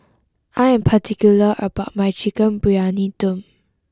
I am particular about my Chicken Briyani Dum